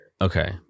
Okay